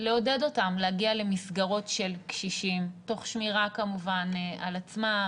לעודד אותם להגיע למסגרות של קשישים תוך שמירה כמובן על עצמם,